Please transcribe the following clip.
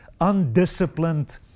undisciplined